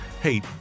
hey